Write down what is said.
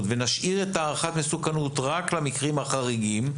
ונשאיר את הערכת המסוכנות רק למקרים החריגים,